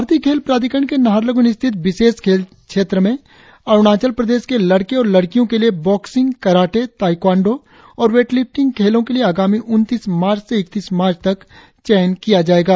भारतीय खेल प्राधिकरण के नाहरलगुन स्थित विशेष खेल क्षेत्र में अरुणाचल प्रदेश के लड़के और लड़कियों के लिए बक्सिंग कराटे ताईक्वांडों और वेटलिफ्टिंग खेलों के लिए आगामी उनतीस मार्च से इकतीस मार्च तक चयन किया जाएगा